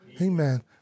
Amen